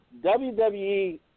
WWE